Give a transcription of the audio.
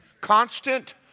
Constant